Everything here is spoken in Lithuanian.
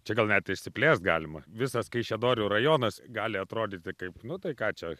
čia gal net išsiplėst galima visas kaišiadorių rajonas gali atrodyti kaip nu tai ką čia